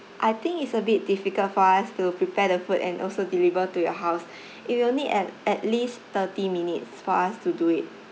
I think it's a bit difficult for us to prepare the food and also deliver to your house it will need at at least thirty minutes for us to do it